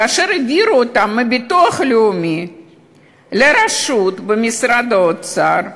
כאשר העבירו אותם מביטוח לאומי לרשות במשרד האוצר,